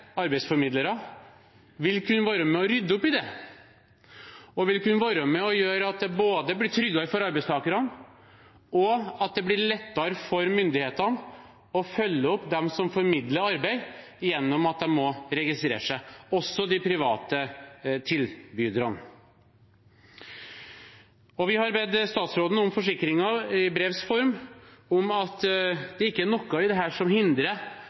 arbeidsformidlere vil kunne være med på å rydde opp i det, og på å gjøre at det blir både tryggere for arbeidstakerne og lettere for myndighetene å følge opp dem som formidler arbeid, gjennom at de må registrere seg – også de private tilbyderne. Vi har i brevs form bedt statsråden om forsikringer om at det ikke er noe i dette som hindrer